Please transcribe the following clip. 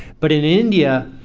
but in india,